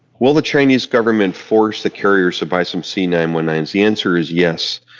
will the chinese government force the carriers to buy some c nine one nine s? the answer is yes,